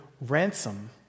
ransom